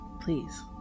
please